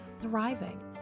thriving